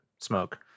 smoke